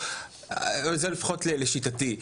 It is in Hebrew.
זה לפחות לשיטתי,